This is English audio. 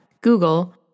Google